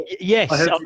Yes